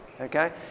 okay